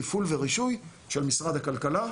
תפעול ורישוי של משרד הכלכלה.